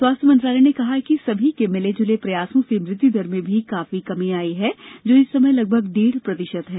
स्वास्थ्य मंत्रालय ने कहा है कि सभी के मिले जुले प्रयासों से मृत्युदर में भी काफी कमी आई है जो इस समय लगभग डेढ़ प्रतिशत है